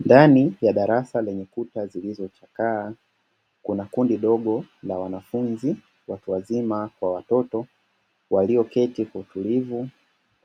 Ndani ya darasa lenye kuta zilizochakaa, kuna kundi dogo la wanafunzi, watu wazima kwa watoto walioketi kwa utulivu,